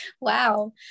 Wow